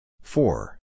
Four